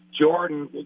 Jordan